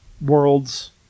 worlds